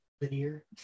linear